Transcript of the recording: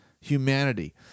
humanity